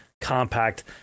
compact